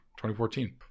2014